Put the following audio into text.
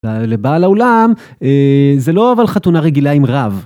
לבעל האולם, זה לא אבל חתונה רגילה עם רב.